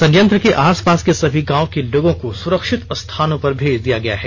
संयंत्र के आसपास के सभी गांव के लोगों को सुरक्षित स्थानों पर भेज दिया गया है